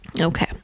okay